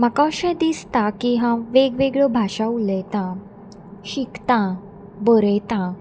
म्हाका अशें दिसता की हांव वेगवेगळ्यो भाशा उलयतां शिकतां बरयतां